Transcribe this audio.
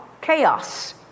chaos